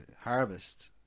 harvest